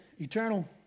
eternal